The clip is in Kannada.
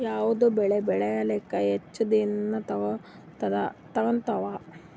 ಯಾವದ ಬೆಳಿ ಬೇಳಿಲಾಕ ಹೆಚ್ಚ ದಿನಾ ತೋಗತ್ತಾವ?